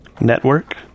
Network